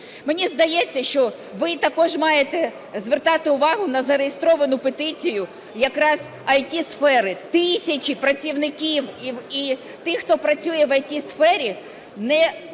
Мені здається, що ви також маєте звертати увагу на зареєстровану петицію якраз ІТ-сфери. Тисячі працівників і тих, хто працює в ІТ-сфері, не підтримують